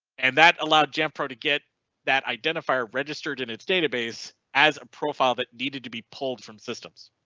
and that allowed jennifer to get that identifier registered in its database as a profile that needed to be pulled from systems.